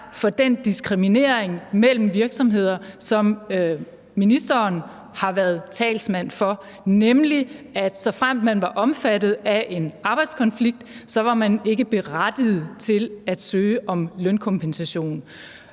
for den diskriminering mellem virksomheder, som ministeren har været talsmand for, nemlig at man, såfremt man var omfattet af en arbejdskonflikt, ikke var berettiget til at søge om lønkompensation.